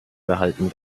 gehalten